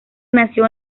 nació